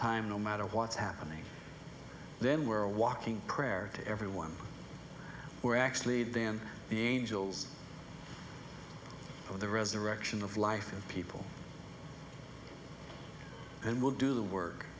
time no matter what's happening then we're walking prayer to everyone we're actually than the angels of the resurrection of life and people and will do the work